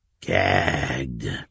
gagged